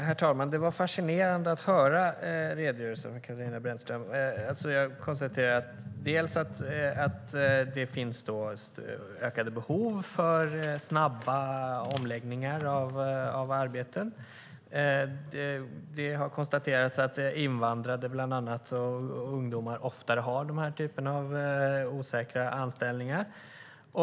Herr talman! Det var fascinerande att höra Katarina Brännströms redogörelse. Jag hörde konstateras att det finns ökade behov av snabba omläggningar av arbeten och att bland annat invandrade och ungdomar oftare har osäkra anställningar.